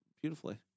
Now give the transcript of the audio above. beautifully